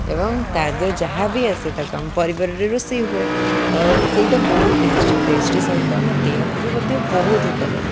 ଏବଂ ଯାହା ବି ଆସେ ତାକୁ ଆମ ପରିବାରରେ ରୋଷେଇ ହୁଏ ଆଉ ସେଇଟା ବହୁତ ଟେଷ୍ଟି ଟେଷ୍ଟି ସହିତ ଆମ ଦେହକୁ ବି ମଧ୍ୟ ବହୁତ ହିତକର